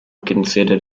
considered